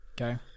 okay